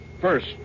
First